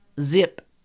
Zip